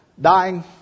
Dying